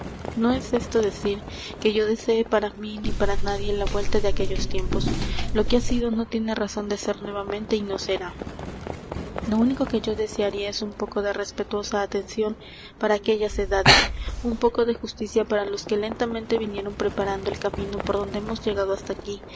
no es esto decir que yo desee para mí ni para nadie la vuelta de aquellos tiempos lo que ha sido no tiene razón de ser nuevamente y no será lo único que yo desearía es un poco de respetuosa atención para aquellas edades un poco de justicia para los que lentamente vinieron preparando el camino por donde hemos llegado hasta aquí